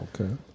Okay